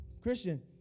Christian